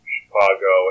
Chicago